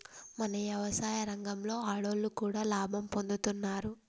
మన యవసాయ రంగంలో ఆడోళ్లు కూడా లాభం పొందుతున్నారు